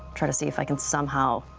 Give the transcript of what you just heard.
try to see if i can somehow,